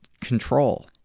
control